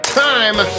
time